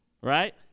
right